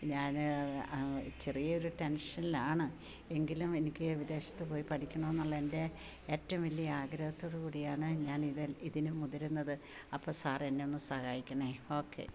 ഞാൻ ചെറിയൊരു ടെന്ഷനിലാണ് എങ്കിലും എനിക്ക് വിദേശത്തു പോയി പഠിക്കണമെന്നുള്ളതിന്റെ ഏറ്റവും വലിയ ആഗ്രഹത്തോടു കൂടിയാണ് ഞാനിതില് ഇതിന് മുതിരുന്നത് അപ്പം സാറെനൊന്നു സഹായിക്കണേ ഓക്കെ